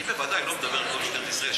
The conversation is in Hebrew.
אני בוודאי לא מדבר על כל משטרת ישראל.